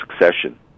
succession